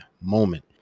moment